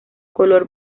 color